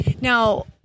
Now